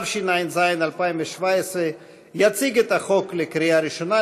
התשע"ז 2017. יציג את החוק לקריאה ראשונה,